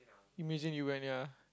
imagine you went ya